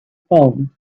phone